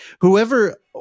Whoever